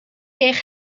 eich